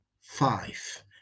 Five